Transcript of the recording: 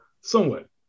somewhat